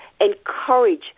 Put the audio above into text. Encourage